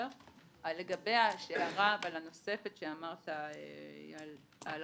לגבי ההערה הנוספת שאמרת על החשבון.